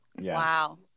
Wow